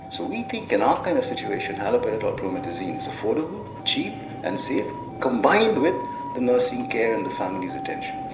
so we think in our kind of situation haloperidol promethazine is affordable, cheap and safe combined with the nursing care and the family's attention.